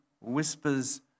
whispers